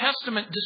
Testament